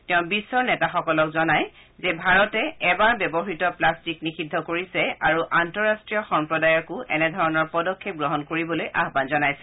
তেওঁ বিশ্বৰ নেতাসকলক জনায় যে ভাৰতে এবাৰ ব্যৱহৃত প্লাট্টিক নিষিদ্ধ কৰিছে আৰু আন্তঃৰাষ্ট্ৰীয় সম্প্ৰদায়কো একেধৰণৰ পদক্ষেপ গ্ৰহণ কৰিবলৈ আহান জনাইছে